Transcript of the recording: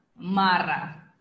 Mara